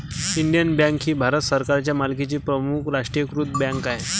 Indian bank ही भारत सरकारच्या मालकीची प्रमुख राष्ट्रीयीकृत बँक आहे